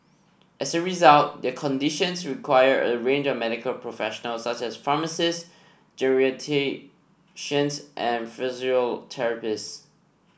as a result their conditions require a range of medical professionals such as pharmacists geriatricians and physiotherapists